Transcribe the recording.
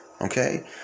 okay